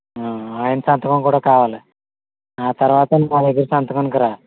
ఆయన సంతకం కూడా కావాలి ఆ తరవాత నా దగ్గర సంతకంకి రా